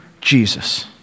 Jesus